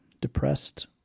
depressed